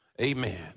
Amen